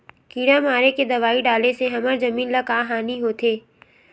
किड़ा मारे के दवाई डाले से हमर जमीन ल का हानि होथे?